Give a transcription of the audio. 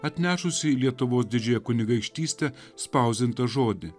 atnešusį lietuvos didžiąją kunigaikštystę spausdintą žodį